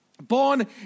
Born